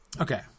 okay